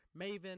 maven